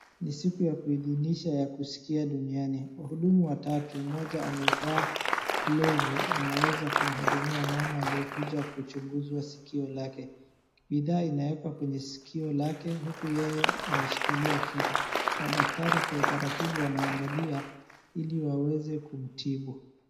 Ni siku ya kuidhinisha ya kuskia duniani. Wahudumu watatu, mmoja amevaa glovu anaweza kumhudumia mama aliyekuja kuchunguzwa sikio lake. Bidhaa inawekwa kwenye sikio lake huku yeye ameshikilia kitu. Madaktari kwa utaratibu wanaangalia ili waweze kumtibu.